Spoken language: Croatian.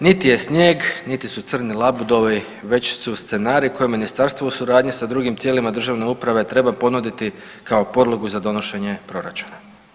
Niti je snijeg, niti su crni labudovi, već su scenariji koje Ministarstvo u suradnji sa drugim tijelima državne uprave treba ponuditi kao podlogu za donošenje proračuna.